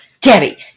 Debbie